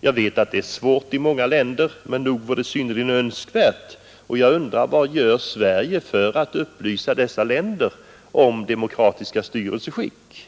Jag vet att det är svårt i många länder, men nog vore det synnerligen önskvärt, och jag undrar vad Sverige gör för att upplysa dessa länder om demokratiska styrelseskick.